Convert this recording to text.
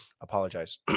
Apologize